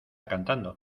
cantando